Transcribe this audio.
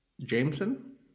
Jameson